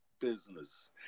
business